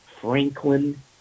Franklin